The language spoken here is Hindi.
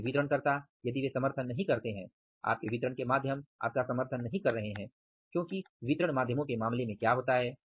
आपके वितरणकर्ता यदि वे समर्थन नहीं करते है आपके वितरण के माध्यम आपका समर्थन नहीं कर रहे हैं क्योंकि वितरण माध्यमों के मामले में क्या होता है